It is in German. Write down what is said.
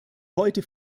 heute